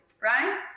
right